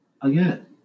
again